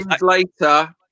later